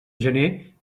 gener